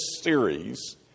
series